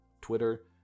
Twitter